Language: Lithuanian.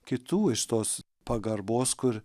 kitų iš tos pagarbos kur